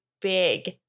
big